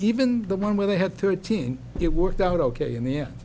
even the one where they had thirteen it worked out ok in the